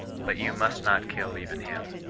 but you must not kill even him.